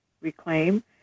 reclaim